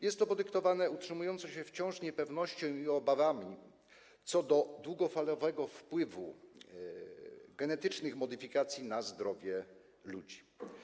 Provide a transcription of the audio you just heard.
Jest to podyktowane utrzymującą się wciąż niepewnością i obawami co do długofalowego wpływu genetycznych modyfikacji na zdrowie ludzi.